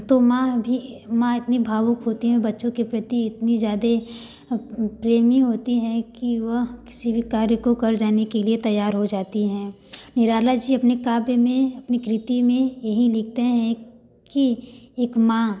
तो माँ भी माँ इतनी भावुक होती हैं बच्चों के प्रति इतनी ज़्यादा प्रेमी होती हैं कि वह किसी भी कार्य को कर जाने के लिए तैयार हो जाती हैं निराला जी अपने काव्य में अपनी कृति में यही लिखते हैं कि एक माँ